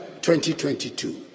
2022